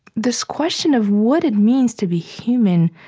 this question of what it means to be human